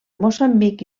moçambic